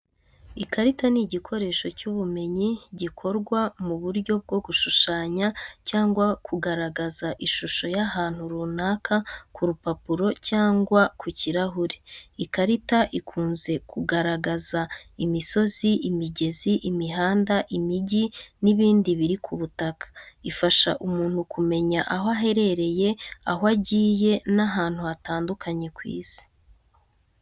Ikarita ni igikoresho cy’ubumenyi, gikorwa mu buryo bwo gushushanya cyangwa kugaragaza ishusho y’ahantu runaka ku rupapuro cyangwa ku kirahure. Ikarita ikunze kugaragaza imisozi, imigezi, imihanda, imijyi n’ibindi biri ku butaka. Ifasha umuntu kumenya aho aherereye, aho agiye n’ahantu hatandukanye ku isi.